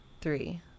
three